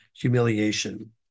humiliation